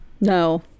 No